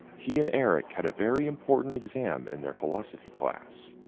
he and eric had a very important exam in their philosophy class.